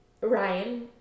Ryan